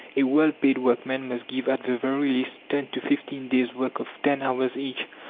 a well-paid workman must give at the very least ten to fifteen days' work of ten hours each,